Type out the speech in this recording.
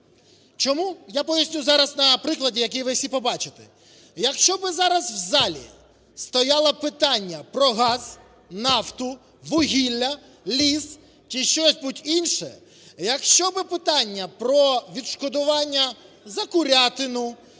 Чому? Я поясню зараз на прикладі, який ви всі побачили. Якщо би зараз в залі стояло питання про газ, нафту, вугілля, ліс чи щось інше, якщо би питання про відшкодування за курятину,